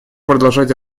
продолжать